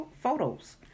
photos